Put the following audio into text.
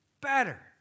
better